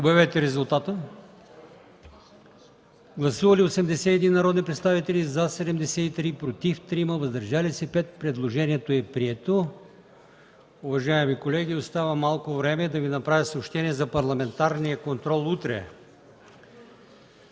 гласувайте. Гласували 81 народни представители: за 73, против 3, въздържали се 5. Предложението е прието. Уважаеми колеги, остава малко време, за да Ви направя съобщенията за Парламентарен контрол на